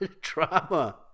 drama